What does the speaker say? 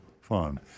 fun